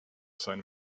sein